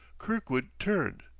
kirkwood turned.